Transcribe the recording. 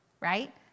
right